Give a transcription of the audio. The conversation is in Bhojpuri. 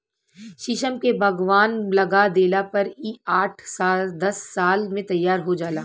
शीशम के बगवान लगा देला पर इ आठ दस साल में तैयार हो जाला